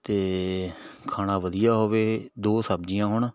ਅਤੇ ਖਾਣਾ ਵਧੀਆ ਹੋਵੇ ਦੋ ਸਬਜ਼ੀਆਂ ਹੋਣ